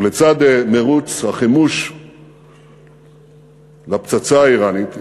ולצד מירוץ החימוש לפצצה האיראנית,